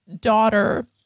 daughter